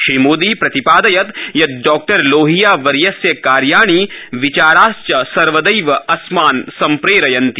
श्रीमोदी प्रतिपादयत यत डॉ लोहियावर्यस्य कार्याणि विचाराश्च सर्वदैव अस्मान् संप्रेरियन्ति